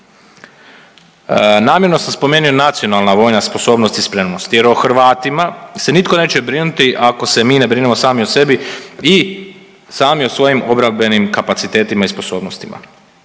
Namjerno sam spomenuo nacionalna vojna sposobnost i spremnost jer o Hrvatima se nitko neće brinuti ako se mi ne brinemo sami o sebi i sami o svojim obrambenim kapacitetima i sposobnostima.